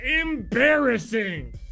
embarrassing